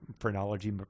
phrenology